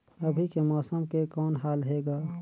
अभी के मौसम के कौन हाल हे ग?